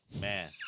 Man